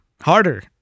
harder